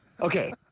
Okay